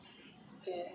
okay